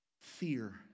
Fear